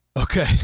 Okay